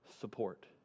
support